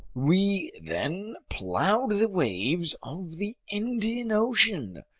we then plowed the waves of the indian ocean,